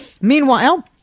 Meanwhile